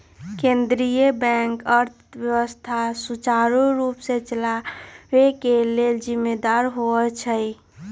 केंद्रीय बैंक अर्थव्यवस्था सुचारू रूप से चलाबे के लेल जिम्मेदार होइ छइ